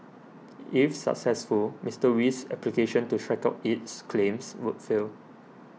if successful Mister Wee's application to strike out its claims would fail